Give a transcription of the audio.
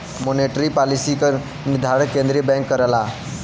monetary policy क निर्धारण केंद्रीय बैंक करला